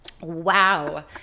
Wow